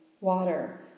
water